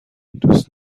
دوست